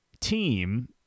team